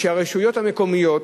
שהרשויות המקומיות